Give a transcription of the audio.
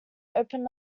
opened